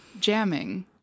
jamming